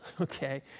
okay